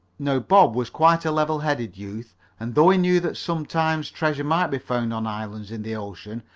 now bob was quite a level-headed youth and though he knew that sometimes treasure might be found on islands in the ocean,